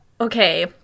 Okay